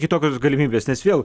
kitokios galimybės nes vėl